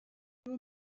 bhur